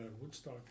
Woodstock